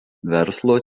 verslo